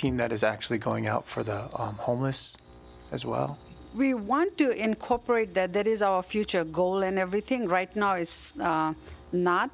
team that is actually going out for the homeless as well we want to incorporate that that is our future goal and everything right now is not